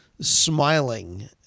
smiling